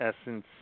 essence